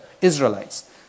Israelites